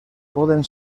poden